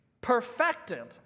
perfected